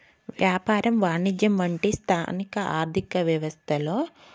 వ్యాపారం వాణిజ్యం వంటి స్థానిక ఆర్థిక వ్యవస్థలో